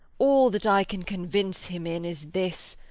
all that i can convince him in, is this,